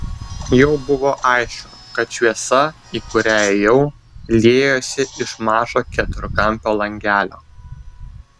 jau buvo aišku kad šviesa į kurią ėjau liejosi iš mažo keturkampio langelio